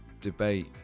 Debate